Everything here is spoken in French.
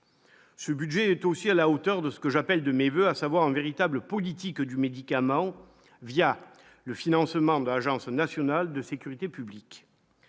Ce budget est aussi à la hauteur de ce que j'appelle de mes voeux, à savoir une véritable politique du médicament via le financement de l'Agence nationale de sécurité publique,